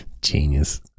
genius